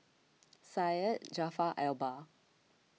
Syed Jaafar Albar